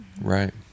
Right